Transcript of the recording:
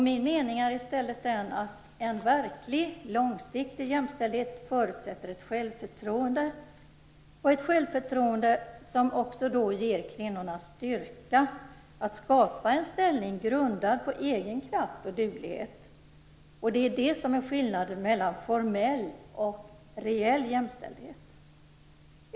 Min mening är i stället den att en verklig långsiktig jämställdhet förutsätter ett självförtroende. Det är ett självförtroende som också ger kvinnorna styrka att skapa en ställning grundad på egen kraft och duglighet. Det är detta som är skillnaden mellan formell och reell jämställdhet.